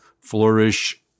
flourish